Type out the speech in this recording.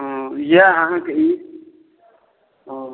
हँ यएह अहाँके ई ओऽ